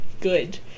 good